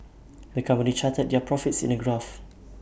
the company charted their profits in A graph